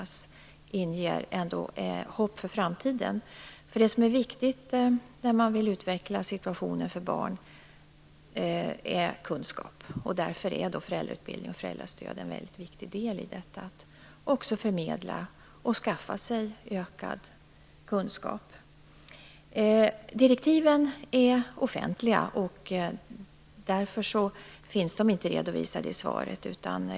Just detta inger ändå hopp inför framtiden. Det som är viktigt när man vill utveckla situationen för barn är kunskap, och därför är föräldrautbildning och föräldrastöd en viktig del av detta att förmedla och skaffa sig ökad kunskap. Direktiven är offentliga, och därför finns de inte redovisade i svaret.